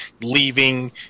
leaving